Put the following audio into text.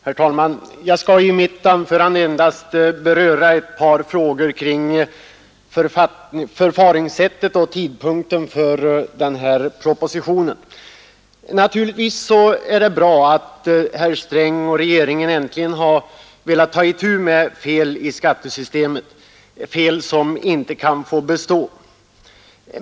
Herr talman! Jag skall i mitt anförande endast beröra ett par frågor kring förfaringssättet när det gäller denna proposition. Naturligtvis är det bra att herr Sträng och regeringen äntligen har velat ta itu med fel i skattesystemet som inte kan få bestå.